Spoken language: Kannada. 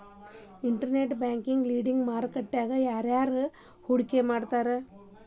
ಇನ್ಟರ್ನೆಟ್ ಬ್ಯಾಂಕ್ ಲೆಂಡಿಂಗ್ ಮಾರ್ಕೆಟ್ ನ್ಯಾಗ ಯಾರ್ಯಾರ್ ಹೂಡ್ಕಿ ಮಾಡ್ತಾರ?